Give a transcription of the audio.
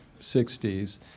60s